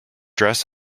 dress